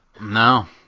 No